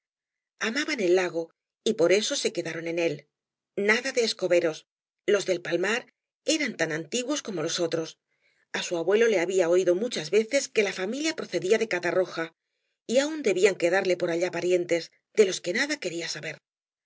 amaban al lago y por eso se quedaron en él nada de escoberos los del palmar eran tan antiguos como los otros a su abuelo le había oído muchas veces que la familia procedía de ca tarroja y aún debían quedarle por allá parientes de los que nada quería saber